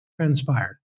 transpired